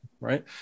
right